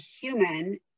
human